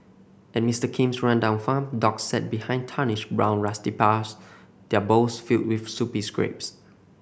at Mister Kim's rundown farm dogs sat behind tarnished brown rusty bars their bowls filled with soupy scraps